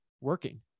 working